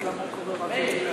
מי הבא בתור בליכוד?